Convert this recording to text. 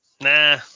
Nah